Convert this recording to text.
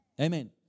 Amen